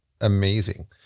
amazing